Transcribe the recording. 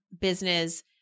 business